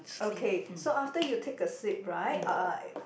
okay so after you take a sip right uh I